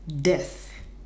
death